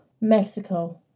Mexico